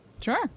Sure